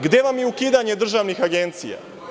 Gde vam je ukidanje državnih agencija?